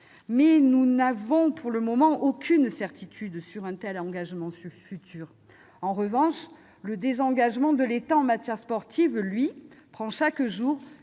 nous n'avons aucune certitude pour le moment sur un tel engagement futur. En revanche, le désengagement de l'État en matière sportive, lui, prend chaque jour